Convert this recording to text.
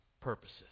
purposes